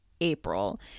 April